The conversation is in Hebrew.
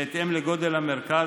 בהתאם לגודל המרכז,